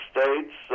States